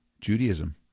Judaism